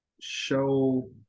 show